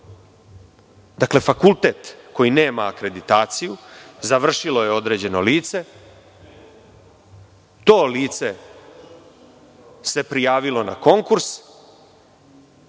Znači, fakultet koji nema akreditaciju završilo je određeno lice i to lice se prijavilo na konkurs…